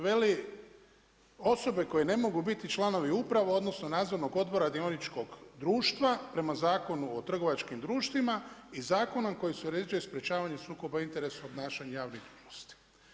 Veli osobe koje ne mogu biti članove uprave odnosno nadzornih odbora dioničkog društva prema Zakonu o trgovačkim društvima i zakonom koji se uređuje sprečavanje sukoba interesa obnašanje javnih dužnosti.